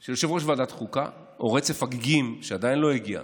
של יושב-ראש ועדת חוקה או רצף הגיגים שעדיין לא הגיע,